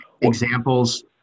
examples